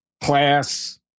class